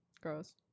Gross